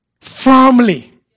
firmly